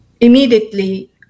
immediately